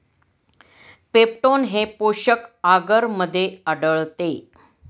peptone हे पोषक आगरमध्ये आढळते